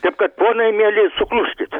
taip kad ponai mieli sukluskit